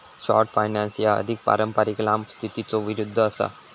short finance ह्या अधिक पारंपारिक लांब स्थितीच्यो विरुद्ध असा